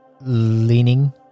leaning